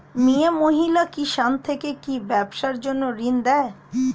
মিয়ে মহিলা কিষান থেকে কি ব্যবসার জন্য ঋন দেয়?